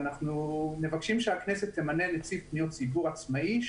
ואנחנו מבקשים מהכנסת שתמנה נציג פניות ציבור עצמאי,